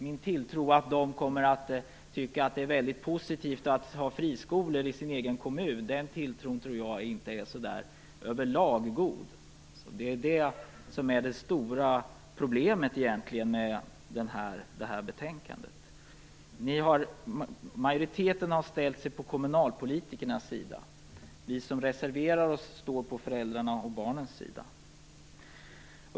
Min tilltro till att de kommer att tycka att det är positivt att ha friskolor i sin egen kommun är inte så god. Det är det som är det stora problemet med det här betänkandet. Majoriteten har ställt sig på kommunalpolitikernas sida. Vi som reserverar oss står på föräldrarnas och barnens sida.